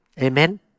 Amen